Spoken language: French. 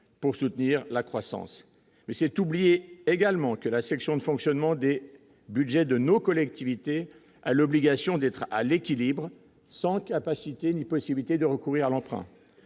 pour soutenir la croissance, mais c'est oublier également que la section de fonctionnement de Budgets de nos collectivités à l'obligation d'être à l'équilibre, sans capacité ni possibilité de recourir à l'emprunt,